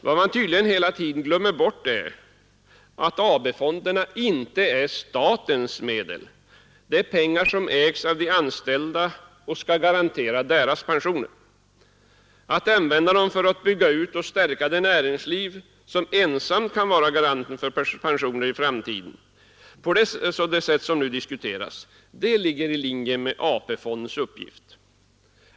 Vad man hela tiden tydligen glömmer bort är att AP-fonderna inte är statens medel. Det är pengar som ägs av de anställda och skall garantera deras pensioner. Att använda dem för att bygga ut och stärka det näringsliv som ensamt kan vara garanten för pensioner i framtiden, på det sätt som nu diskuteras, ligger i linje med AP-fondens uppgift.